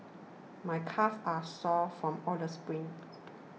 my calves are sore from all the sprints